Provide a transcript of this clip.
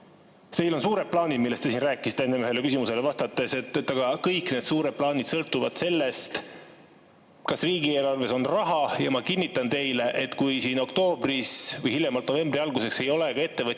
Teil on suured plaanid, millest te siin rääkisite enne ühele küsimusele vastates, aga kõik need suured plaanid sõltuvad sellest, kas riigieelarves on raha. Ma kinnitan teile, et kui oktoobriks või hiljemalt novembri alguseks ei ole ka ettevõtjatele